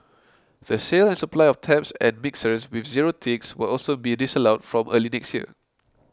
the sale and supply of taps and mixers with zero ticks will also be disallowed from early next year